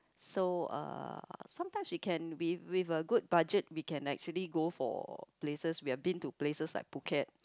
so uh sometimes we can with with a good budget we can actually go for places we have been to places like Phuket